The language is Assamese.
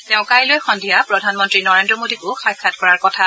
তেওঁ কাইলৈ সন্ধিয়া প্ৰধানমন্তী নৰেন্দ্ৰ মোডীকো সাক্ষাৎ কৰাৰ কথা